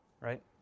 right